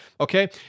Okay